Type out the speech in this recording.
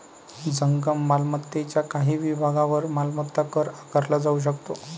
जंगम मालमत्तेच्या काही विभागांवर मालमत्ता कर आकारला जाऊ शकतो